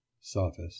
Sophist